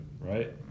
right